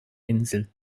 insel